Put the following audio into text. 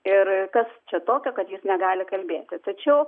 ir kas čia tokio kad jis negali kalbėti tačiau